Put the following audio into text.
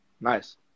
Nice